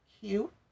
cute